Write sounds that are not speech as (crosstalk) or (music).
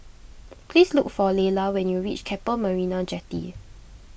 (noise) please look for Layla when you reach Keppel Marina Jetty